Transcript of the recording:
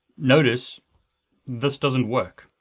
notice this doesn't work.